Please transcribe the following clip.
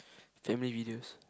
family videos